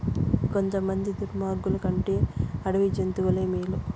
కొంతమంది దుర్మార్గులు కంటే అడవి జంతువులే మేలు